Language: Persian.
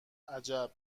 عجب